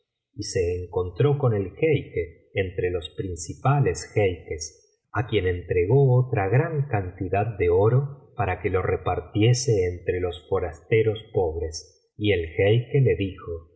y se encontró con el jaique entre los principales jeiques á quien entregó otra cantidad de oro para que lo repartiese entre los forasteros pobres y el jeique le dijo oh